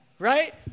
Right